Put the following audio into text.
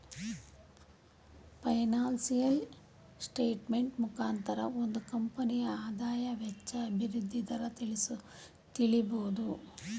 financial statement ಮುಖಾಂತರ ಒಂದು ಕಂಪನಿಯ ಆದಾಯ, ವೆಚ್ಚ, ಅಭಿವೃದ್ಧಿ ದರ ತಿಳಿಬೋದು